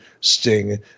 Sting